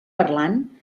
parlant